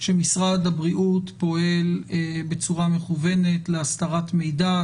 שמשרד הבריאות פועל בצורה מכוונת להסתרת מידע,